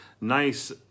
NICE